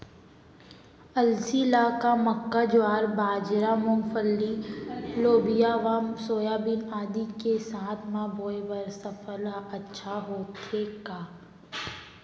अलसी ल का मक्का, ज्वार, बाजरा, मूंगफली, लोबिया व सोयाबीन आदि के साथ म बोये बर सफल ह अच्छा होथे का?